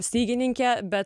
stygininkė bet